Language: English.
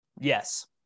Yes